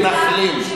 מתנחלים.